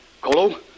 Colo